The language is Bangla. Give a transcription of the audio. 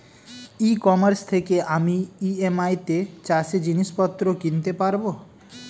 ই কমার্স থেকে আমি ই.এম.আই তে চাষে জিনিসপত্র কিনতে পারব?